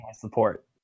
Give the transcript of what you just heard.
support